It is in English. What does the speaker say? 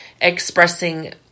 expressing